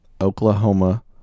Oklahoma